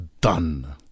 done